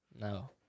No